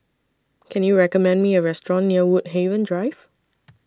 Can YOU recommend Me A Restaurant near Woodhaven Drive